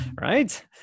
Right